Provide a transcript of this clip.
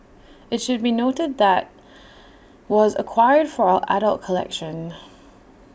IT should be noted that was acquired for our adult collection